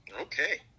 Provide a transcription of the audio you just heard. okay